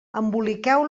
emboliqueu